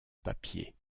papier